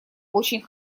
очень